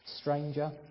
Stranger